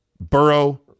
Burrow